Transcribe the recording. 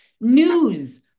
News